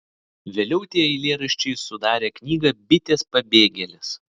vėliau tie eilėraščiai sudarė knygą bitės pabėgėlės